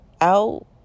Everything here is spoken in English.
out